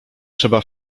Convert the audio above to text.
trzeba